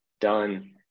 done